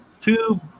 two